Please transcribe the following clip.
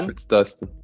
um it's dustin.